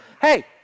Hey